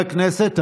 חבר הכנסת אבוטבול.